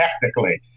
technically